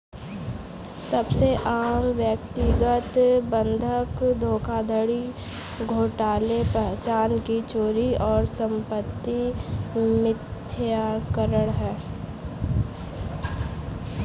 सबसे आम व्यक्तिगत बंधक धोखाधड़ी घोटाले पहचान की चोरी और संपत्ति मिथ्याकरण है